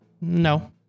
No